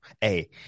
hey